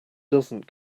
doesn’t